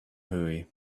hooey